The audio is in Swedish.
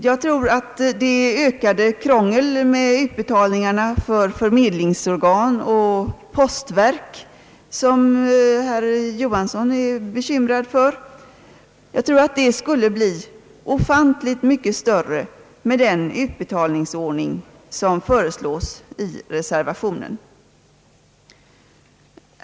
Jag tror att det ökade krångel med utbetalningarna för förmedlingsorgan och postverk som herr Knut Johansson är bekymrad för skulle bli ofantligt mycket större med den utbetalningsordning som föreslås i reservationen.